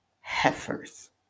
heifers